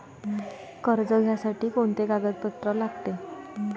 कर्ज घ्यासाठी कोनचे कागदपत्र लागते?